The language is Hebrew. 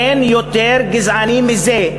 אין יותר גזעני מזה.